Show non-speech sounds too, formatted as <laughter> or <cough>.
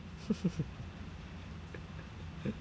<laughs>